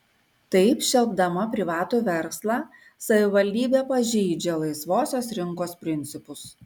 taip šelpdama privatų verslą savivaldybė pažeidžia laisvosios rinkos principus